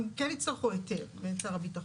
הם כן יצטרכו היתר מאת שר הביטחון.